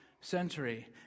century